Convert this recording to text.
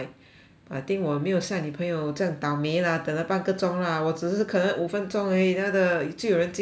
I think 我没有像你朋友这样倒霉 lah 等了半个钟 lah 我只是可能五分钟而已 then 他的就有人进来 liao lah